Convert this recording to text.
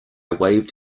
waved